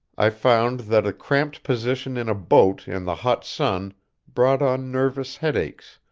i found that a cramped position in a boat in the hot sun brought on nervous headaches,